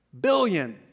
billion